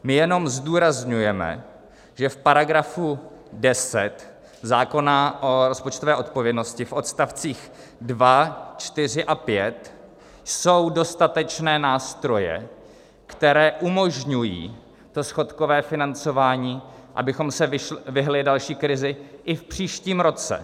My jenom zdůrazňujeme, že v § 10 zákona o rozpočtové odpovědnosti v odstavcích 2, 4 a 5 jsou dostatečné nástroje, které umožňují to schodkové financování, abychom se vyhnuli další krizi v příštím roce.